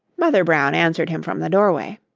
mother brown answered him from the doorway.